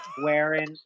Wearing